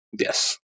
Yes